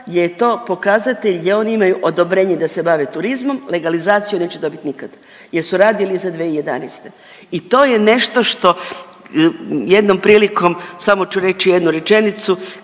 je to pokazatelj gdje oni imaju odobrenje da se bave turizmom, legalizaciju neće dobit nikad jer su radili iza 2011.. I to je nešto što jednom prilikom samo ću reći jednu rečenicu,